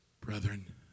Brethren